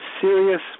serious